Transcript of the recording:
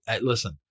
listen